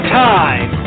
time